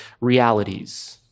realities